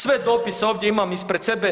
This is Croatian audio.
Sve dopise ovdje imam ispred sebe.